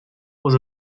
was